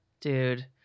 Dude